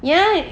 ya